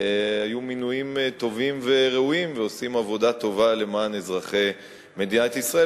היו מינויים טובים וראויים ועושים עבודה טובה למען אזרחי מדינת ישראל,